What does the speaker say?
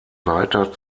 weiter